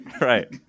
Right